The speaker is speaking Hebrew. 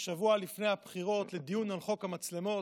כשבוע לפני הבחירות לדיון על חוק המצלמות,